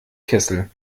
kessel